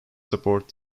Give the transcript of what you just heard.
support